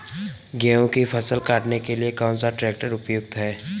गेहूँ की फसल काटने के लिए कौन सा ट्रैक्टर उपयुक्त है?